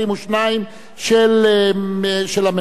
של הממשלה,